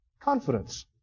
Confidence